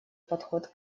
подход